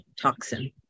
toxin